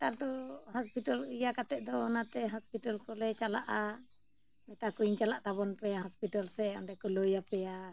ᱱᱮᱛᱟᱨ ᱫᱚ ᱦᱟᱥᱯᱤᱴᱟᱞ ᱤᱭᱟᱹ ᱠᱟᱛᱮᱫ ᱫᱚ ᱚᱱᱟᱛᱮ ᱦᱟᱸᱥᱯᱤᱴᱟᱞ ᱠᱚᱞᱮ ᱪᱟᱞᱟᱜᱼᱟ ᱢᱮᱛᱟ ᱠᱩᱣᱟᱹᱧ ᱪᱟᱞᱟᱜ ᱛᱟᱵᱚᱱ ᱯᱮᱭᱟ ᱦᱟᱥᱯᱤᱴᱟᱞ ᱥᱮᱫ ᱚᱸᱰᱮ ᱠᱚ ᱞᱟᱹᱭᱟᱯᱮᱭᱟ